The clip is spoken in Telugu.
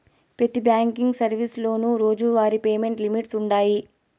పెతి బ్యాంకింగ్ సర్వీసులోనూ రోజువారీ పేమెంట్ లిమిట్స్ వుండాయి